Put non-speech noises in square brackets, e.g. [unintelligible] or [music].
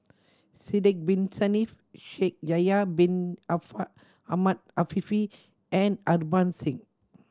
Sidek Bin Saniff Shaikh Yahya Bin [unintelligible] Ahmed Afifi and Harbans Singh